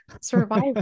survive